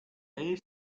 eesti